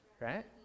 right